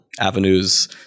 avenues